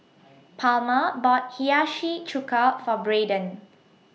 Palma bought Hiyashi Chuka For Braeden